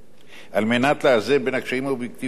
על מנת לאזן בין הקשיים האובייקטיביים שעליהם הצביע